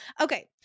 Okay